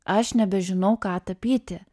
aš nebežinau ką tapyti